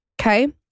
Okay